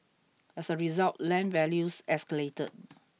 as a result land values escalated